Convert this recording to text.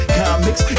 comics